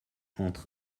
entre